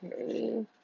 Okay